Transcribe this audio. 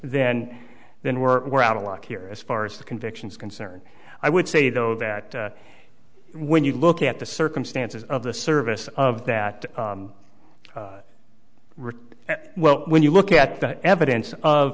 then then we're out of luck here as far as the conviction is concerned i would say though that when you look at the circumstances of the service of that route as well when you look at the evidence of